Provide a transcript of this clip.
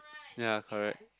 ya correct